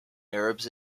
arabs